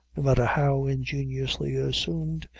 no matter how ingeniously assumed,